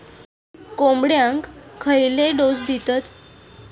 कोंबड्यांक खयले डोस दितत?